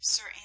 Sir